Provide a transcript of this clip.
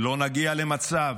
שלא נגיע למצב